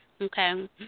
Okay